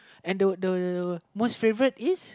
and the the most favourite is